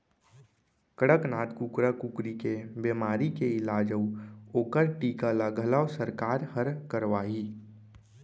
कड़कनाथ कुकरा कुकरी के बेमारी के इलाज अउ ओकर टीका ल घलौ सरकार हर करवाही